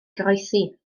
goroesi